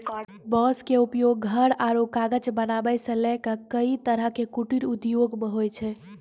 बांस के उपयोग घर आरो कागज बनावै सॅ लैक कई तरह के कुटीर उद्योग मॅ होय छै